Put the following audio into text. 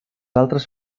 altres